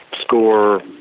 score